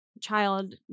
child